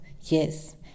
yes